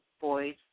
boys